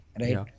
right